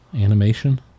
Animation